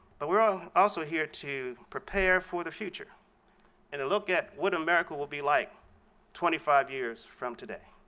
but we're ah also here to prepare for the future and to look at what america will be like twenty five years from today.